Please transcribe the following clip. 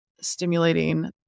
stimulating